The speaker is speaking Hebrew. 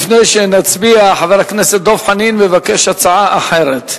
לפני שנצביע, חבר הכנסת דב חנין מבקש הצעה אחרת.